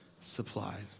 supplied